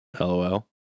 lol